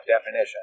definition